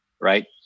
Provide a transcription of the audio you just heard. right